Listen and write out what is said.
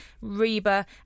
Reba